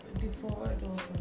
default